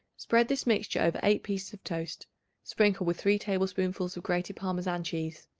spread this mixture over eight pieces of toast sprinkle with three tablespoonfuls of grated parmesan cheese.